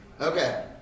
Okay